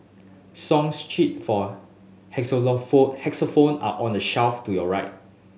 song sheet for xylophone are on the shelf to your right